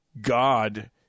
God